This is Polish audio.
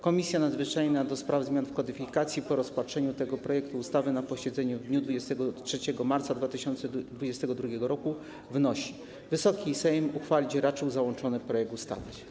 Komisja Nadzwyczajna do spraw zmian w kodyfikacjach po rozpatrzeniu tego projektu ustawy na posiedzeniu w dniu 23 marca 2022 r. wnosi, by Wysoki Sejm uchwalić raczył załączony projekt ustawy.